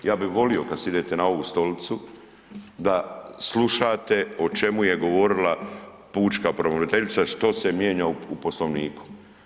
Ja bi volio kad sidete na ovu stolicu da slušate o čemu je govorila pučka pravobraniteljica što se mijenja u Poslovniku.